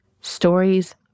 Stories